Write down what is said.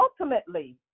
Ultimately